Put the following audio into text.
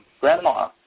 grandma